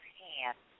hand